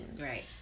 right